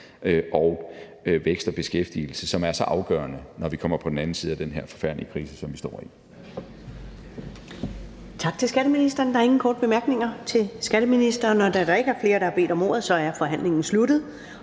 og vækst og beskæftigelse, som er så afgørende, når vi kommer på den anden side af den her forfærdelige krise, som vi står i.